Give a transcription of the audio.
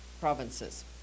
provinces